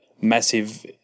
massive